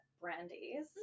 Brandy's